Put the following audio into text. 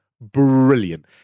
brilliant